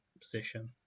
position